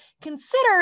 consider